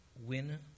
win